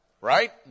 right